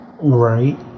Right